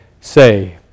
say